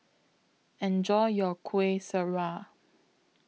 Enjoy your Kueh Syara